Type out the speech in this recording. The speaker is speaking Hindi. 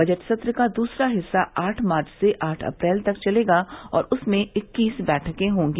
बजट सत्र का दूसरा हिस्सा आठ मार्च से आठ अप्रैल तक चलेगा और उसमें इक्कीस बैठकें होंगी